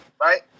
Right